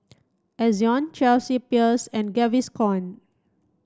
Ezion Chelsea Peers and Gaviscon